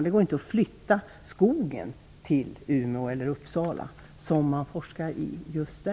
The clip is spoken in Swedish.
Det går inte att flytta skogen som man forskar på till Umeå eller Uppsala.